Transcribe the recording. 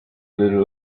little